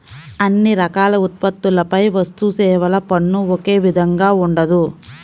అన్ని రకాల ఉత్పత్తులపై వస్తుసేవల పన్ను ఒకే విధంగా ఉండదు